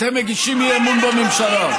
אתם מגישים אי-אמון בממשלה,